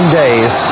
days